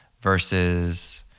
versus